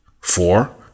Four